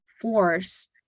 force